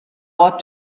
what